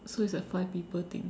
so it's a five people thing